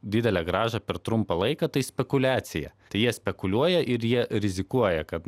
didelę grąžą per trumpą laiką tai spekuliacija tai jie spekuliuoja ir jie rizikuoja kad